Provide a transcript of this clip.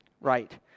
right